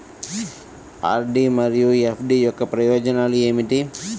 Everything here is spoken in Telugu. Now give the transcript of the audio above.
ఆర్.డీ మరియు ఎఫ్.డీ యొక్క ప్రయోజనాలు ఏమిటి?